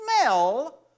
smell